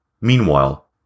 Meanwhile